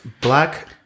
Black